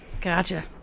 Gotcha